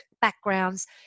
backgrounds